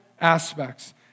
aspects